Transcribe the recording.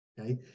okay